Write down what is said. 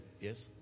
yes